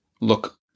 look